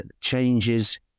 changes